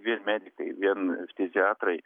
vien medikai vien ftiziatrai